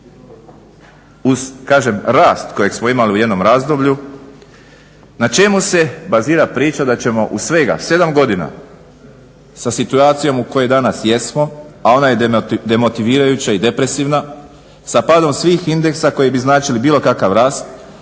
uz kažem rast kojeg smo imali u jednom razdoblju na čemu se bazira priča da ćemo u svega 7 godina sa situacijom u kojoj danas jesmo a ona je demotivirajuća i depresivna, sa padom svih indeksa koji bi značili bilo kakav rast